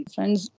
Friends